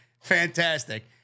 fantastic